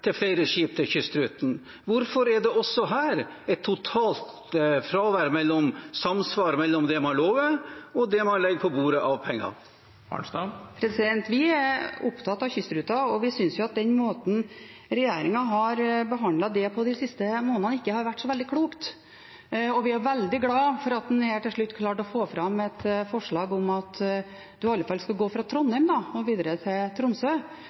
til flere skip til Kystruten. Hvorfor er det også her et totalt fravær av samsvar mellom det man lover, og det man legger på bordet av penger? Vi er opptatt av Kystruten, og vi synes at den måten regjeringen har behandlet det på de siste månedene, ikke har vært så veldig klok. Vi er veldig glade for at en her til slutt klarte å få fram et forslag om at den i alle fall skulle gå fra Trondheim og videre til Tromsø,